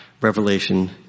revelation